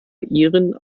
ihren